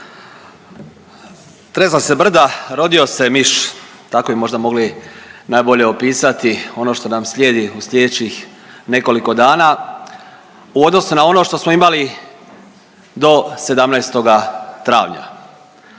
Tresla se brda rosio se miš, tako bi možda mogli najbolje opisati ono što nam slijedi u sljedećih nekoliko dana u odnosu na ono što smo imali do 17. travnja.